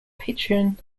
patron